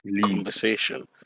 conversation